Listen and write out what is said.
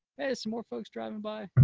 there's some more folks driving by.